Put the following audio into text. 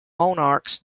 monarchs